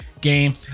game